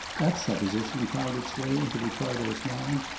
that supposition found its way into ricardo's mind,